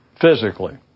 physically